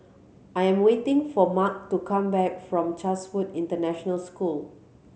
I am waiting for Mark to come back from Chatsworth International School